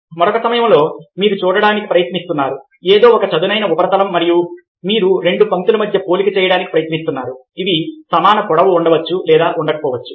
మరొక సమయంలో మీరు చూడటానికి ప్రయత్నిస్తున్నారు ఏదో ఒక చదునైన ఉపరితలం మరియు మీరు రెండు పంక్తుల మధ్య పోలిక చేయడానికి ప్రయత్నిస్తున్నారు అవి సమాన పొడవు ఉండవచ్చు లేదా ఉండకపోవచ్చు